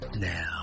Now